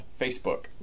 Facebook